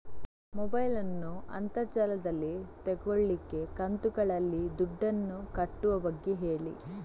mobile ನ್ನು ಅಂತರ್ ಜಾಲದಲ್ಲಿ ತೆಗೋಲಿಕ್ಕೆ ಕಂತುಗಳಲ್ಲಿ ದುಡ್ಡನ್ನು ಕಟ್ಟುವ ಬಗ್ಗೆ ಹೇಳಿ